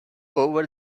over